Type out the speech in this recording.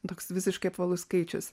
toks visiškai apvalus skaičius